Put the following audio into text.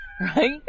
Right